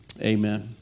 Amen